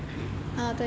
还可以